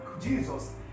Jesus